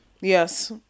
Yes